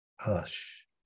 hush